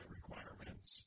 requirements